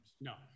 No